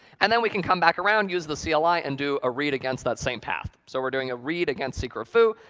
and then we can come back around, use the cli, like and do a read against that same path. so we're doing a read again secret foo,